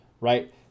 right